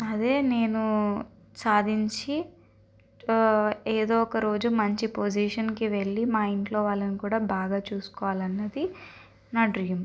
అదే నేను సాధించి ఏదో ఒక రోజు మంచి పొజిషన్కి వెళ్ళి మా ఇంట్లో వాళ్ళని కూడా బాగా చూసుకోవాలన్నది నా డ్రీమ్